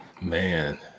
Man